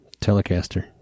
Telecaster